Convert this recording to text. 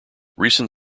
recent